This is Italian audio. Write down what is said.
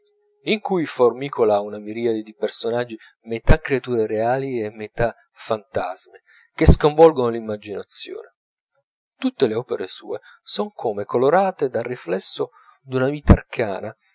in cui formicola una miriade di personaggi metà creature reali e metà fantasmi che sconvolgono l'immaginazione tutte le opere sue son come colorate dal riflesso d'una vita arcana